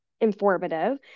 informative